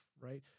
right